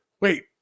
wait